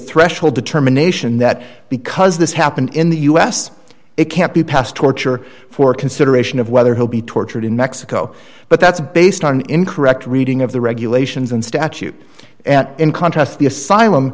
threshold determination that because this happened in the us it can't be passed torture for consideration of whether he'll be tortured in mexico but that's based on an incorrect reading of the regulations and statute and in contrast the asylum